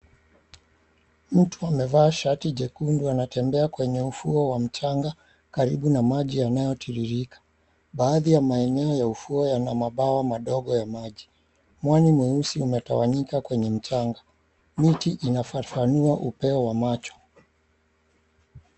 Mtu amevaa shati jekundu anatembea kwenye ufuo wa mchanga karibu na maji yanayotiririka, baadhi ya maeneo ya ufuo yana mabwawa madogo ya maji. Mwani mweusi umetawanyika kwenye mchanga, miti inafafanua upeo wa macho.